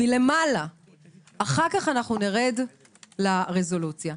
אחר כך נרד לרזולוציה.